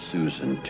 Susan